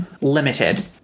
limited